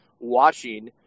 watching